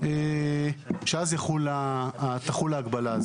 שאז תחול ההגבלה הזאת.